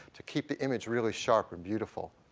to keep the image really sharp and beautiful.